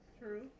True